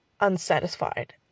unsatisfied